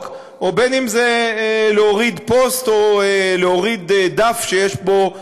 ובין שזה להוריד פוסט או להוריד דף שיש בו,